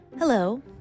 Hello